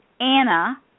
Anna